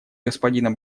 господина